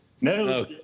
No